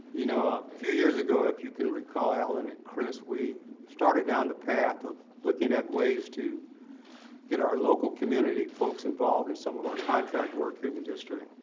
you know a few years ago, if you can recall alan and chris, we started down the path of looking at ways to get our local community folks involved in some of our contract work through the district,